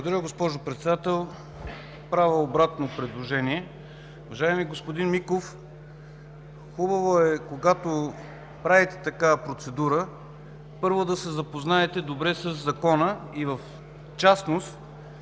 Благодаря, госпожо Председател. Правя обратно предложение. Уважаеми господин Миков, хубаво е, когато правите такава процедура, първо да се запознаете добре със закона, в частност